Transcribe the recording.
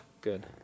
Good